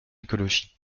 écologie